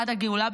עד הגאולה,